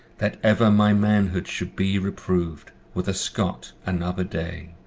than ever my manhood should be reproved with a scot another day.